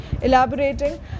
Elaborating